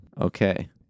Okay